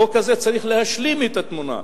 החוק הזה צריך להשלים את התמונה.